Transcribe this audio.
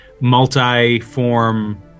multi-form